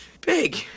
big